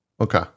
Okay